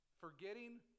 Forgetting